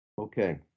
okay